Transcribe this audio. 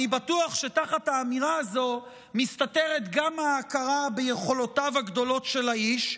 אני בטוח שתחת האמירה הזו מסתתרת גם ההכרה ביכולותיו הגדולות של האיש,